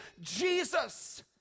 Jesus